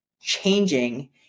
changing